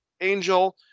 Angel